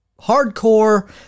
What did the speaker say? hardcore